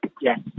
yes